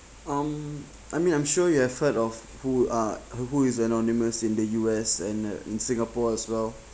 um I mean I'm sure you have heard of who uh who is anonymous in the U_S and uh in singapore as well